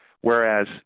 Whereas